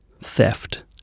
theft